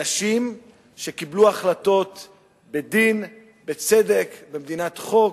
אנשים שקיבלו החלטות בדין, בצדק, במדינת חוק,